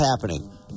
happening